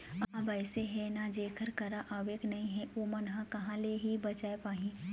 अब अइसे हे ना जेखर करा आवके नइ हे ओमन ह कहाँ ले ही बचाय पाही